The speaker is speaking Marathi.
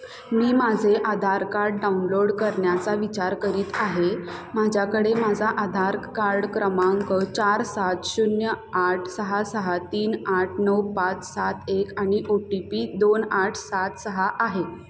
मी माझे आधार कार्ड डाउनलोड करण्याचा विचार करीत आहे माझ्याकडे माझा आधार कार्ड क्रमांक चार सात शून्य आठ सहा सहा तीन आठ नऊ पाच सात एक आणि ओ टी पी दोन आठ सात सहा आहे